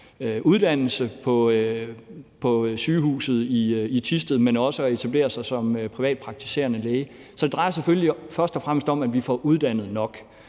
uddannelse på sygehuset i Thisted, men også at etablere sig som privatpraktiserende læge. Så det drejer sig selvfølgelig først og fremmest om, at vi får uddannet nok,